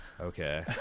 okay